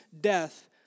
death